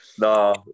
No